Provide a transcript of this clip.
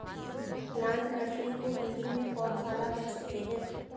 plant nursery को हिंदी में पौधशाला कह सकते हैं